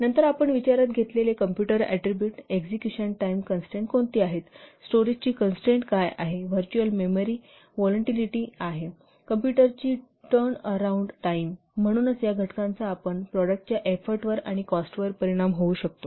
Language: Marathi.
नंतर आपण विचारात घेतलेले computer attribute execution time constraint कोणती आहेत स्टोरेजची कन्ट्रेन्ट काय आहेत व्हर्च्युअल मेमरी व्हॉलंटिलिटी आहे कॉम्पुटरची टर्न अराउंड टाईम आहे म्हणून या घटकांचा आपल्या प्रॉडक्टच्या एफोर्टवर आणि कॉस्टवर परिणाम होऊ शकतो